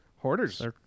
Hoarders